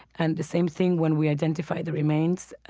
and the same thing when we identify the remains.